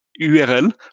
URL